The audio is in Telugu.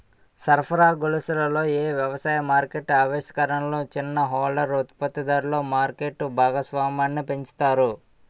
సరఫరా గొలుసులలో ఏ వ్యవసాయ మార్కెట్ ఆవిష్కరణలు చిన్న హోల్డర్ ఉత్పత్తిదారులలో మార్కెట్ భాగస్వామ్యాన్ని పెంచుతాయి?